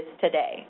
today